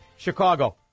Chicago